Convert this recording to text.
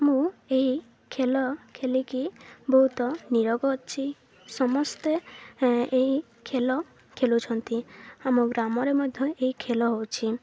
ମୁଁ ଏହି ଖେଳ ଖେଳିକି ବହୁତ ନିରୋଗ ଅଛି ସମସ୍ତେ ଏହି ଖେଳ ଖେଳୁଛନ୍ତି ଆମ ଗ୍ରାମରେ ମଧ୍ୟ ଏହି ଖେଳ ହେଉଛି